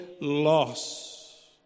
loss